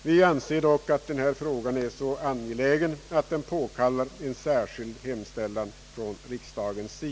Vi anser dock ait denna fråga är så angelägen att den påkallar en särskild hemställan från riksdagen.